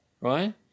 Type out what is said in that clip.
right